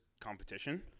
competition